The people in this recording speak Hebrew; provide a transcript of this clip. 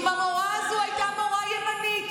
אם המורה הזאת הייתה מורה ימנית,